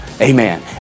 amen